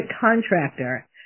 contractor